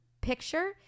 picture